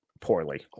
poorly